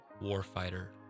warfighter